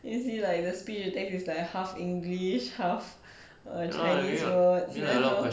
you see like the speech you text is like half english half err chinese words then how